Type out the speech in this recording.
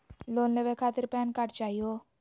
Loan लेवे खातीर PAN card चाहियो?